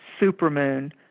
supermoon